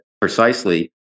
precisely